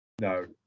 No